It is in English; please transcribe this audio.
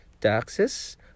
taxes